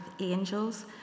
angels